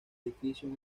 edificios